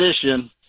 position